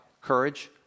courage